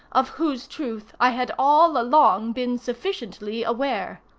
of whose truth i had all along been sufficiently aware.